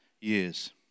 years